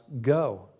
go